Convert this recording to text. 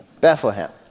Bethlehem